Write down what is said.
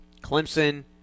Clemson